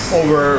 over